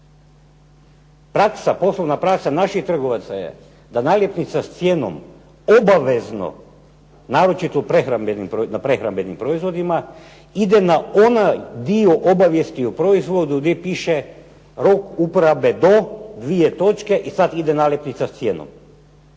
molio, poslovna praksa naših trgovaca je da naljepnica s cijenom obavezno, naročito na prehrambenim proizvodima ide na onaj dio obavijesti o proizvodu gdje piše rok uporabe do, dvije točke i sad ide naljepnica s cijenom,